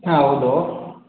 ಹಾಂ ಹೌದು